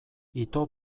ito